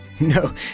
No